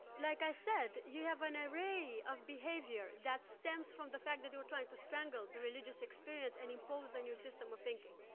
like i said, you have an array of behavior that stems from the fact that they were trying to strangle the religious experience and impose a new system of thinking.